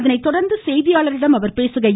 அதனை தொடர்ந்து செய்தியாளர்களிடம் பேசுகையில்